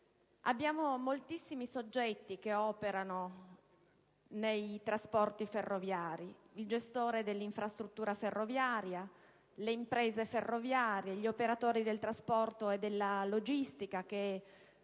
Moltissimi soggetti operano nei trasporti ferroviari: il gestore dell'infrastruttura ferroviaria, le imprese ferroviarie, gli operatori del trasporto e della logistica che comperano